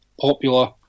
popular